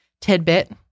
tidbit